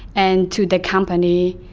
and to the company.